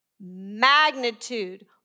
Magnitude